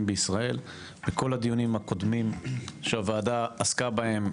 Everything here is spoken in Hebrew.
בישראל וכל הדיונים הקודמים שהוועדה עסקה בהם,